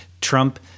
Trump